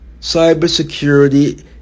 cybersecurity